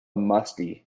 musty